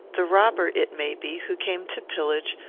the robber, it may be, who came to pillage,